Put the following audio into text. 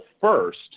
first